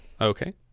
Okay